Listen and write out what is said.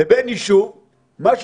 לבין יישוב מה,